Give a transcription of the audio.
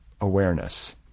awareness